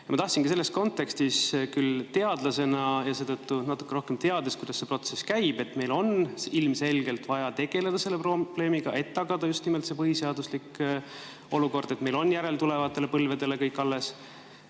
Ma tahtsingi selles kontekstis küsida, küll teadlasena ja seetõttu natuke rohkem teades, kuidas see protsess käib. Meil on ilmselgelt vaja tegeleda selle probleemiga, et tagada just nimelt see põhiseaduslik olukord, et meil jääb järeltulevatele põlvedele kõik alles,